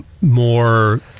more